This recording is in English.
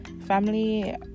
Family